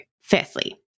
firstly